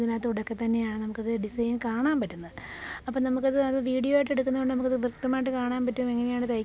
ഇതിനകത്തോട്ടൊക്കെ തന്നെയാണ് നമുക്ക് ഇത് ഡിസൈൻ കാണാൻ പറ്റുന്നത് അപ്പോള് നമ്മള്ക്കത് അത് വീഡിയോ ആയിട്ട് എടുക്കുന്നോണ്ട് നമുക്കത് വ്യക്തമായിട്ട് കാണാൻ പറ്റും എങ്ങനെയാണ് തയ്ക്കുന്നത്